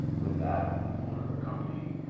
with that i'm an owner of a company,